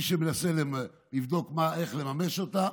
מי שמנסה לבדוק איך לממש אותה,